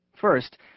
First